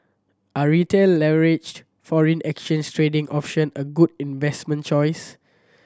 are Retail leveraged foreign exchange trading option a good investment choice